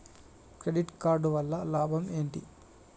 Credit card వల్ల లాభం ఏంటి?